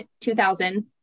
2000